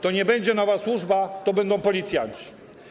To nie będzie nowa służba, to będą policjanci.